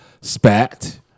spat